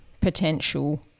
potential